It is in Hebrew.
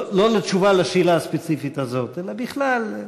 לא תשובה לשאלה הספציפית הזאת אלא בכלל.